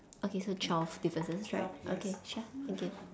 okay so twelve differences right okay sure thank you